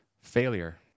Failure